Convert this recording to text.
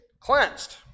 cleansed